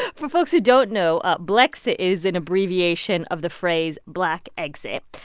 ah for folks who don't know, blexit is an abbreviation of the phrase black exit.